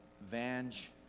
Vange